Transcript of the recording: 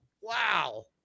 Wow